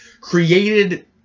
created